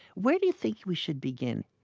where do you think we should begin?